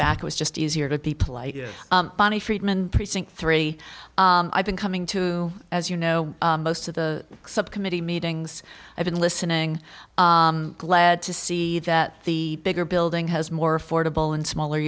back was just easier to be polite bonnie friedman precinct three i've been coming to as you know most of the sub committee meetings i've been listening glad to see that the bigger building has more affordable and smaller